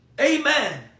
Amen